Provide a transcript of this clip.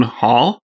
hall